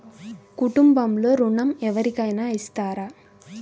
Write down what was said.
కుటుంబంలో ఋణం ఎవరికైనా ఇస్తారా?